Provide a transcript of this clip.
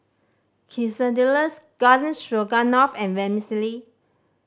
Quesadillas Garden Stroganoff and Vermicelli